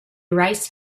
rice